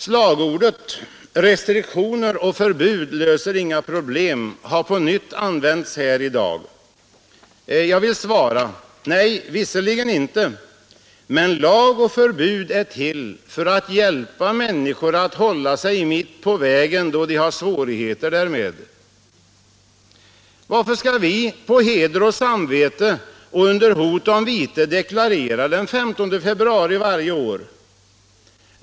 Slagordet ”Restriktioner och förbud löser inga problem” har på nytt använts här i dag. Jag vill svara: Nej, visserligen inte, men lag och förbud är till för att hjälpa människor att hålla sig mitt på vägen då de har svårigheter därmed. Varför skall vi på heder och samvete och under hot om vite deklarera den 15 februari varje år?